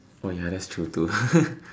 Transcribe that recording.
oh ya that's true too